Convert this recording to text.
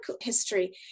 history